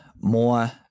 more